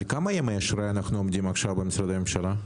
על כמה ימי אשראי אנחנו עומדים עכשיו במשרדי ממשלה?